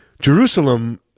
Jerusalem